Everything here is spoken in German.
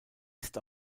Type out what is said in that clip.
ist